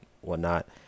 whatnot